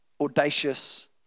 audacious